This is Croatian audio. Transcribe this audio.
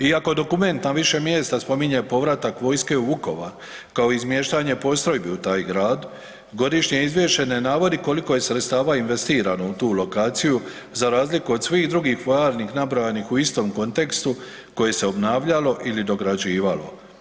Iako dokument na više mjesta spominje povratak vojske u Vukovar kao izmještanje postrojbi u taj grad godišnje izvješće ne navodi koliko je sredstava investirano u tu lokaciju za razliku od svih drugih vojarni nabrojanih u istom kontekstu koje se obnavljalo ili dograđivalo.